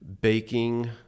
Baking